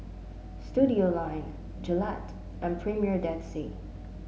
Studioline Gillette and Premier Dead Sea